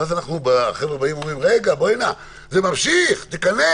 ואז החבר'ה באים ואומרים: רגע, זה ממשיך, תכנס